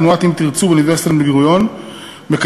"תנועת 'אם תרצו' באוניברסיטת בן-גוריון מקיימת